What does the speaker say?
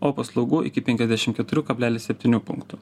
o paslaugų iki penkiasdešim keturių kablelis septynių punktų